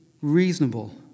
reasonable